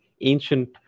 ancient